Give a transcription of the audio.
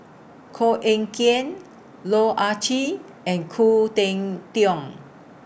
Koh Eng Kian Loh Ah Chee and Khoo Cheng Tiong